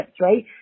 right